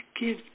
give